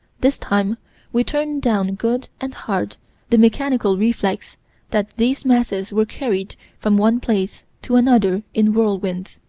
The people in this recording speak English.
this time we turn down good and hard the mechanical reflex that these masses were carried from one place to another in whirlwinds,